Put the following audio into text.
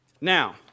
Now